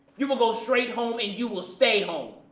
you will go straight home and you will stay home.